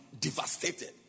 devastated